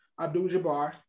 Abdul-Jabbar